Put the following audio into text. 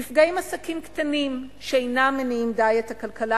נפגעים עסקים קטנים שאינם מניעים די את הכלכלה